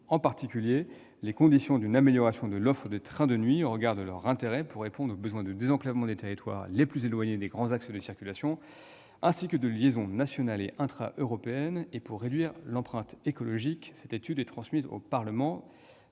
en particulier, les conditions d'une amélioration de l'offre des trains de nuit au regard de leur intérêt pour répondre aux besoins de désenclavement des territoires les plus éloignés des grands axes de circulation ainsi que de liaisons nationales et intraeuropéennes et pour réduire l'empreinte écologique. Cette étude est transmise au Parlement